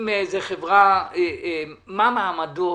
מה מעמדו